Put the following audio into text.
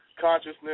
consciousness